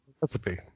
recipe